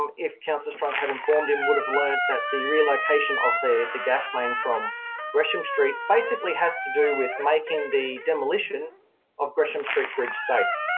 um if councillor strunk had informed him, would have learnt that the relocation of the the gas main from gresham street basically has to do with making the demolition of gresham street bridge safe.